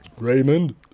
Raymond